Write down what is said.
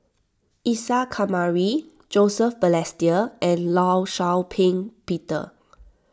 Isa Kamari Joseph Balestier and Law Shau Ping Peter